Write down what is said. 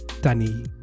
Danny